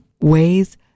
ways